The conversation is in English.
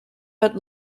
but